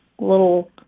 little